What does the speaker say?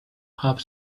have